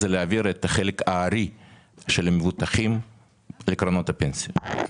זה להעביר את החלק הארי של המבוטחים לקרנות הפנסיה.